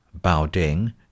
Baoding